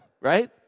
right